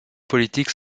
politique